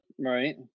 Right